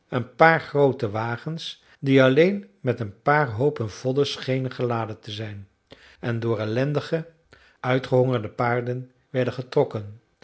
een paar groote wagens die alleen met een paar hoopen vodden schenen geladen te zijn en door ellendige uitgehongerde paarden werden getrokken